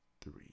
three